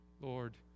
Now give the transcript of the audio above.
Lord